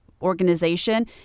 organization